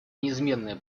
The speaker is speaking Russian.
неизменная